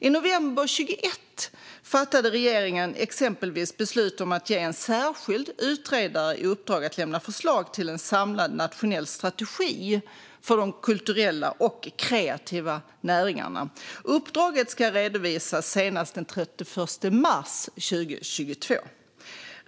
I november 2021 fattade regeringen exempelvis beslut om att ge en särskild utredare i uppdrag att lämna förslag till en samlad nationell strategi för de kulturella och kreativa näringarna. Uppdraget ska redovisas senast den 31 mars 2022.